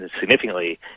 significantly